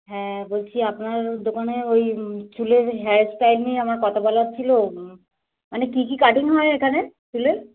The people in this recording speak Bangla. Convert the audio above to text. হ্যাঁ বলছি আপনার দোকানে ওই চুলের হেয়ার স্টাইল নিয়ে আমার কথা বলার ছিলো মানে কী কী কাটিং হয় ওইখানে চুলের